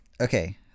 Okay